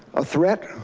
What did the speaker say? a threat,